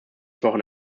schönes